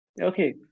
Okay